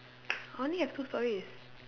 I only have two stories